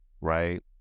right